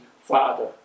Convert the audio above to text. Father